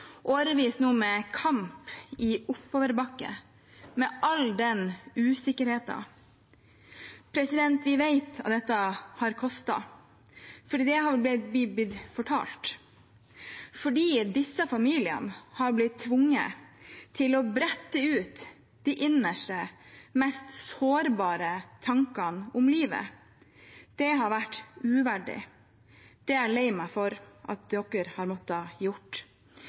årevis nå med kamp i oppoverbakke, med all usikkerheten. Vi vet at dette har kostet, for det har vi blitt fortalt. Disse familiene har blitt tvunget til å brette ut de innerste, mest sårbare tankene om livet. Det har vært uverdig. Det er jeg lei meg for at de har måttet